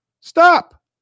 Stop